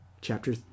chapter